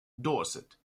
dorset